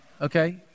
okay